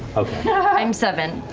i'm seven.